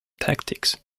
tactics